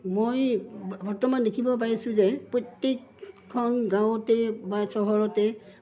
মই বৰ্তমান দেখিব পাৰিছোঁ যে প্ৰত্যেকখন গাঁৱতে বা চহৰতে